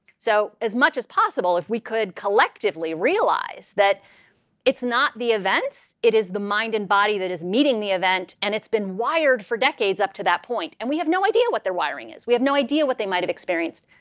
so as much as possible, if we could collectively realize that it's not the events. it is the mind and body that is meeting the event. and it's been wired for decades up to that point. and we have no idea what their wiring is. we have no idea what they might have experienced.